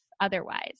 Otherwise